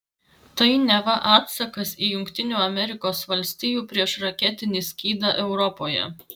tai neva atsakas į jungtinių amerikos valstijų priešraketinį skydą europoje